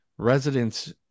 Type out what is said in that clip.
residents